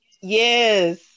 Yes